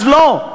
אז לא.